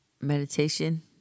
Meditation